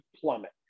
plummet